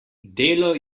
delo